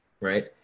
right